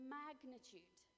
magnitude